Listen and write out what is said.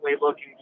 looking